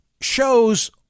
shows